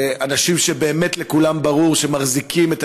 אלה אנשים שבאמת לכולם ברור שמחזיקים את